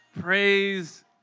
praise